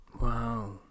Wow